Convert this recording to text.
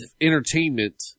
entertainment